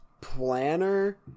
planner